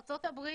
ארצות-הברית,